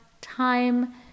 time